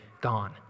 gone